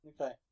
Okay